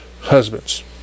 husbands